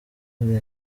the